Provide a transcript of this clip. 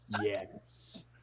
yes